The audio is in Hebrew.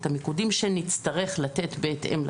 את המיקודים שנצטרך לתת בהתאם לצורך.